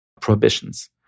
prohibitions